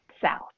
south